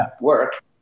work